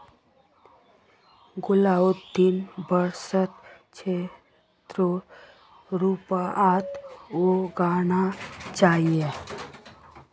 गुलाउदीक वसंत ऋतुर शुरुआत्त उगाना चाहिऐ